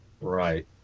Right